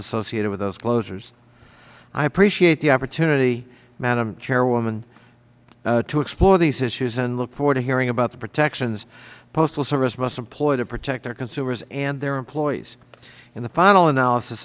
associated with those closures i appreciate the opportunity madam chairwoman to explore these issues and look forward to hearing about the protections the postal service must employ to protect their consumers and their employees in the final analysis